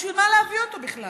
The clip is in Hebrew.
בשביל מה להביא אותו בכלל?